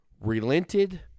relented